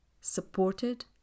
supported